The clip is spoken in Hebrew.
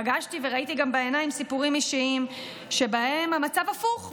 פגשתי וראיתי גם בעיניים סיפורים אישיים שבהם המצב הפוך,